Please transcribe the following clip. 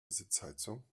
sitzheizung